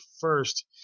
first